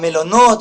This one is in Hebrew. המלונות.